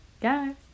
guys